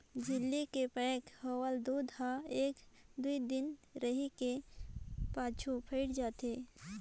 झिल्ली के पैक होवल दूद हर एक दुइ दिन रहें के पाछू फ़ायट जाथे